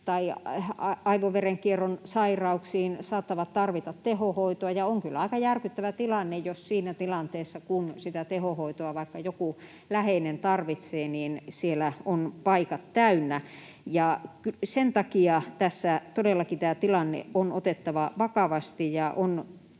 tai aivoverenkierron sairauksiin, ja saattavat tarvita tehohoitoa, ja on kyllä aika järkyttävä tilanne, jos siinä tilanteessa, kun sitä tehohoitoa vaikka joku läheinen tarvitsee, siellä ovat paikat täynnä. Sen takia todellakin tämä tilanne on otettava vakavasti,